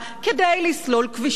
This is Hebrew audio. כדי לסלול כבישים,